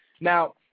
Now